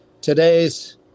today's